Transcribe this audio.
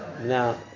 Now